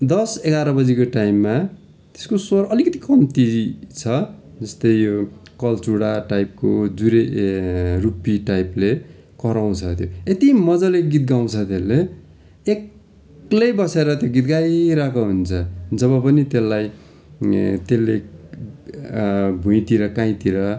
दस एघार बजीको टाइममा त्यसको स्वर अलिकिति कम्ती छ जस्तै यो कल्चौँडो टाइपको जुरे ए रुपी टाइपले कराउँछ त्यो यति मजाले गीत गाउँछ त्यसले एक्लै बसेर त्यो गीत गाइरहेको हुन्छ जब पनि त्यसलाई त्यसले भुइँतिर काहीँतिर